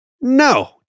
No